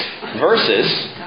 versus